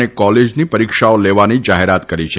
અને કોલેજની પરીક્ષાઓ લેવાની જાહેરાત કરી છે